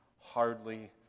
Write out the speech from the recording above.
hardly